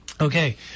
Okay